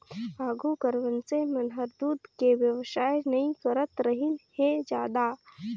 आघु कर मइनसे मन हर दूद के बेवसाय नई करतरहिन हें जादा